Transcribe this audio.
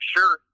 Sure